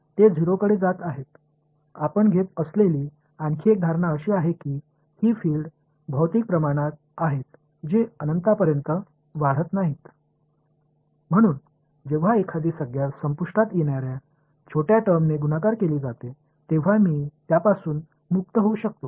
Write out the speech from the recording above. எனவே இங்கு எல்லா வெளிப்பாடுகளும் உள்ளன அவை 0 ஆகப்போகின்றன நாம் உருவாக்கும் மற்றொரு அனுமானம் என்னவென்றால் இந்தத் தளம் பிஸிக்கல் குவான்டிடிஸ் களாக இருக்கின்றன அவை இண்ஃபினிடி ஆக மாறப்போவதில்லை